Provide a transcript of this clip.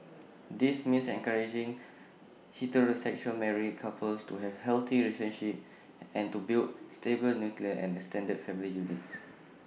this means encouraging heterosexual married couples to have healthy relationships and to build stable nuclear and extended family units